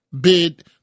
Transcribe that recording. bid